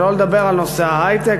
שלא לדבר על נושא ההיי-טק,